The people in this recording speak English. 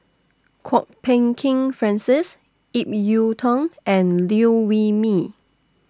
Kwok Peng Kin Francis Ip Yiu Tung and Liew Wee Mee